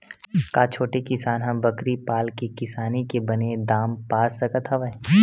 का छोटे किसान ह बकरी पाल के किसानी के बने दाम पा सकत हवय?